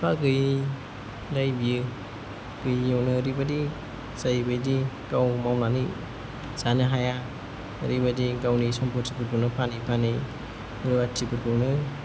बिफा गैयिलाय बियो गैयियावनो ओरैबायदि जाय बायदि गाव मावनानै जानो हाया ओरैबायदि गावनि सम्फथिफोरखौनो फानै फानै रुवाथिफोरखौनो